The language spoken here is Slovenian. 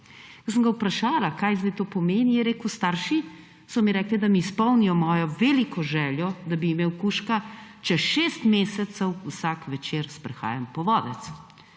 Ko sem ga vprašala, kaj zdaj to pomeni, je rekel: »Starši so mi rekli, da mi izpolnijo mojo veliko željo, da bi imel kužka, če šest mesecev vsak večer sprehajam povodec.«